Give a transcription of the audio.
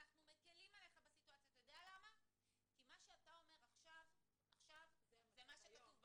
אנחנו מקילים עליך כי מה שאתה אומר עכשיו זה מה שכתוב בחוק.